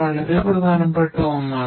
അവിഭാജ്യമായ ഒന്നാണ്